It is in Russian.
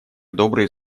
добрые